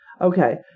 Okay